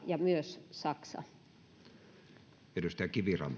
ja myös saksa